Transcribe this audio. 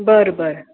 बरं बरं